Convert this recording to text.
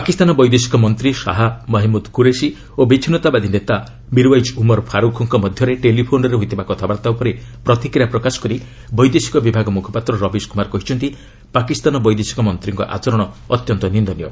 ପାକିସ୍ତାନ ବୈଦେଶିକ ମନ୍ତ୍ରୀ ସାହା ମେହେମ୍ମଦ କୁରେସି ଓ ବିଚ୍ଛିନ୍ନତାବାଦୀ ନେତା ମିର୍ୱାଇଜ୍ ଉମର୍ ଫାରୁଖ୍ଙ୍କ ମଧ୍ୟରେ ଟେଲିଫୋନ୍ରେ ହୋଇଥିବା କଥାବାର୍ତ୍ତା ଉପରେ ପ୍ରତିକ୍ରିୟା ପ୍ରକାଶ କରି ବୈଦେଶିକ ବିଭାଗ ମୁଖପାତ୍ର ରବିଶ କୁମାର କହିଛନ୍ତି ପାକିସ୍ତାନ ବୈଦେଶିକ ମନ୍ତ୍ରୀଙ୍କ ଆଚରଣ ଅତ୍ୟନ୍ତ ନିନ୍ଦନୀୟ